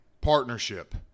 partnership